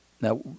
Now